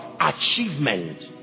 achievement